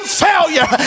failure